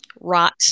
Rot